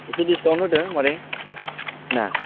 एसे डिकाउन्ट होदो मादै ना